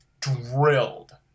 drilled